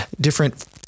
different